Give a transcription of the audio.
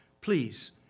please